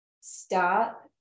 Stop